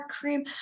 cream